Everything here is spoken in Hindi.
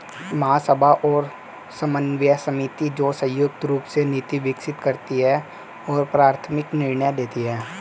महासभा और समन्वय समिति, जो संयुक्त रूप से नीति विकसित करती है और प्राथमिक निर्णय लेती है